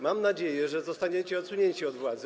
Mam nadzieję, że zostaniecie odsunięci od władzy.